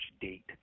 date